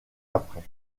après